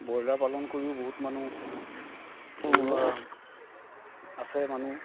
broiler পালন কৰিও বহুত মানুহ হেৰি হোৱা আছে মানুহ